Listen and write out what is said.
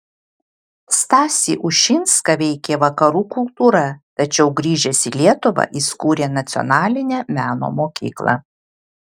stasį ušinską veikė vakarų kultūra tačiau grįžęs į lietuvą jis kūrė nacionalinę meno mokyklą